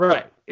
Right